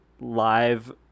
live